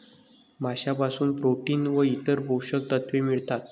माशांपासून प्रोटीन व इतर पोषक तत्वे मिळतात